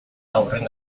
haurren